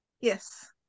yes